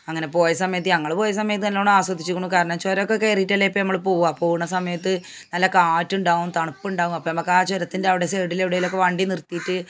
അങ്ങനെ പോയ സമയത്ത് യങ്ങൾ പോയ സമയത്ത് നല്ലവണ്ണം ആസ്വദിച്ചിരിക്കുണു കാരണം ചുരമൊക്കെ കയറിയിട്ടല്ലേ ഇപ്പം യമ്മൾ പോകുക പോകണ സമയത്തു നല്ല കാറ്റുണ്ടാകും തണുപ്പുണ്ടാകും അപ്പം യമക്ക് ആ ചുരത്തിൻ്റെ അവിടെ സൈഡിൽ എവിടെങ്കിലുമൊക്കെ വണ്ടി നിർത്തിയിട്ട്